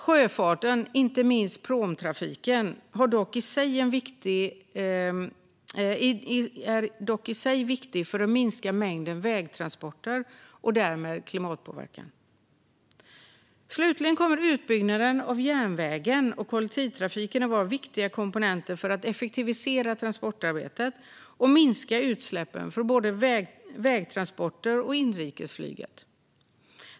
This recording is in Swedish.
Sjöfarten, inte minst pråmtrafiken, är dock i sig viktig för att minska mängden vägtransporter och därmed klimatpåverkan. Slutligen kommer utbyggnaden av järnvägen och kollektivtrafiken att vara viktiga komponenter för att effektivisera transportarbetet och minska utsläppen från både vägtransporter och inrikesflyg.